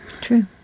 True